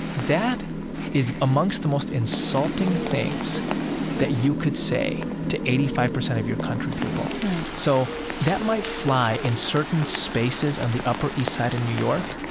that is amongst the most insulting things that you could say to eighty five percent of your country people right so that might fly in certain spaces on the upper east side of new york,